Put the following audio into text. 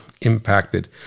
impacted